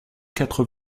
quatre